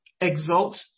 exalt